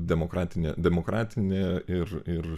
demokratinė demokratinė ir ir